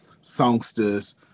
songsters